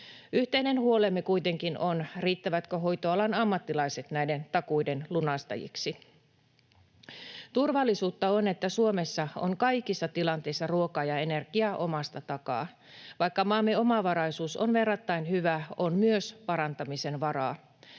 Yhteinen huolemme kuitenkin on, riittävätkö hoitoalan ammattilaiset näiden takuiden lunastajiksi. Turvallisuutta on, että Suomessa on kaikissa tilanteissa ruokaa ja energiaa omasta takaa. Vaikka maamme omavaraisuus on verrattain hyvä, on myös parantamisen varaa.